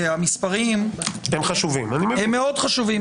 כי המספרים חשובים מאוד,